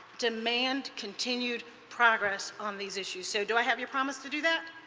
demand continued progress on these issues. so do i have your promise to do that?